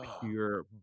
pure